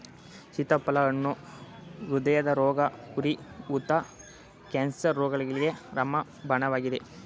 ಸೀತಾಫಲ ಹಣ್ಣು ಹೃದಯರೋಗ, ಉರಿ ಊತ, ಕ್ಯಾನ್ಸರ್ ರೋಗಗಳಿಗೆ ರಾಮಬಾಣವಾಗಿದೆ